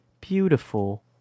beautiful